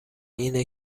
اینه